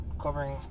covering